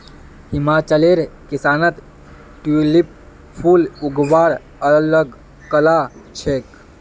हिमाचलेर किसानत ट्यूलिप फूल उगव्वार अल ग कला छेक